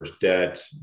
debt